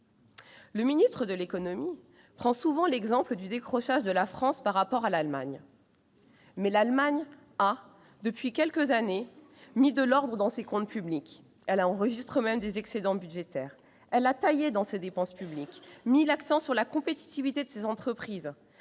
Le ministre de l'économie prend souvent l'exemple du décrochage de la France par rapport à l'Allemagne. Mais, depuis quelques années, l'Allemagne a mis de l'ordre dans ses comptes publics- désormais, elle enregistre même des excédents budgétaires. Elle a taillé dans ses dépenses publiques, mis l'accent sur la compétitivité de ses entreprises,